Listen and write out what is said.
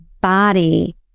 body